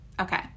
okay